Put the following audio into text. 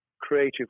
creative